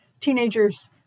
teenagers